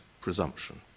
presumption